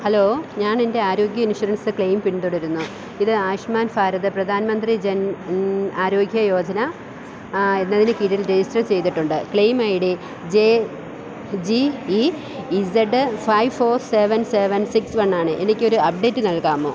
hello ഞാൻ എൻ്റെ ആരോഗ്യ ഇൻഷുറൻസ് ക്ലെയിം പിന്തുടരുന്നു ഇത് ആയുഷ്മാൻ ഭാരത് പ്രധാൻ മന്ത്രി ജൻ ആരോഗ്യ യോജന എന്നതിന് കീഴിൽ രജിസ്റ്റർ ചെയ്തിട്ടുണ്ട് claim I D J G E Z five four seven seven six വണ്ണാണ് എനിക്കൊരു അപ്ഡേറ്റ് നൽകാമോ